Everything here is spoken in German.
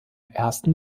ersten